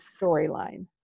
storyline